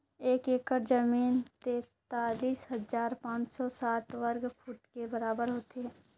एक एकड़ जमीन तैंतालीस हजार पांच सौ साठ वर्ग फुट के बराबर होथे